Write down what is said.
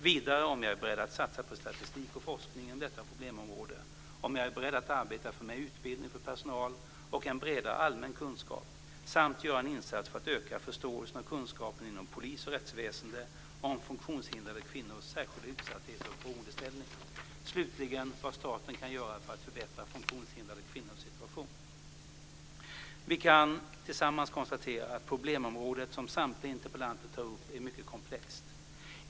Vidare har de frågat om jag är beredd att satsa på statistik och forskning inom detta problemområde, om jag är beredd att arbeta för mer utbildning för personal och en bredare allmän kunskap samt göra en insats för att öka förståelsen och kunskapen inom polis och rättsväsende om funktionshindrade kvinnors särskilda utsatthet och beroendeställning. Slutligen har de frågat vad staten kan göra för att förbättra funktionshindrade kvinnors situation. Vi kan tillsammans konstatera att problemområdet som samtliga interpellanter tar upp är mycket komplext.